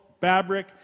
fabric